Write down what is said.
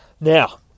Now